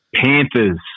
Panthers